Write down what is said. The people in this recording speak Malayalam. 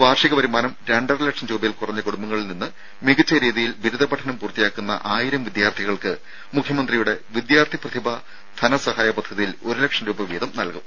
വാർഷിക വരുമാനം രണ്ടര ലക്ഷം രൂപയിൽ കുറഞ്ഞ കുടുംബങ്ങളിൽ നിന്ന് മികച്ച രീതിയിൽ ബിരുദപഠനം പൂർത്തിയാക്കുന്ന ആയിരം വിദ്യാർത്ഥികൾക്ക് മുഖ്യമന്ത്രിയുടെ വിദ്യാർത്ഥി പ്രതിഭാ ധനസഹായ പദ്ധതിയിൽ ഒരു ലക്ഷം രൂപ വീതം നൽകും